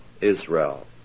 Israel